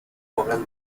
warren